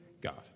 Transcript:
God